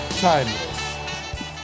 Timeless